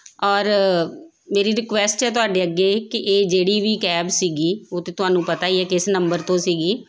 ਔਰ ਮੇਰੀ ਰਿਕੁਐਸਟ ਹੈ ਤੁਹਾਡੇ ਅੱਗੇ ਕਿ ਇਹ ਜਿਹੜੀ ਵੀ ਕੈਬ ਸੀਗੀ ਉਹ ਤਾਂ ਤੁਹਾਨੂੰ ਪਤਾ ਹੀ ਹੈ ਕਿਸ ਨੰਬਰ ਤੋਂ ਸੀਗੀ